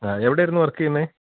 ആ എവിടെ ആയിരുന്നു വർക്ക് ചെയ്യുന്നത്